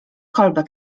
kolbę